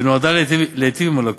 ונועדה להיטיב עם הלקוח.